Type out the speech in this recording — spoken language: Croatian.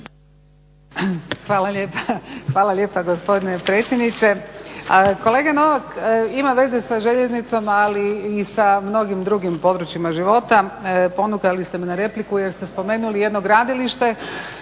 Hvala lijepa gospodine predsjedniče. Kolega Novak ima veze sa željeznicom ali i sa mnogim drugim područjima života. Ponukali ste me na repliku jer ste spomenuli jedno gradilište